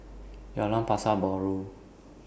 Jalan Pasar Baru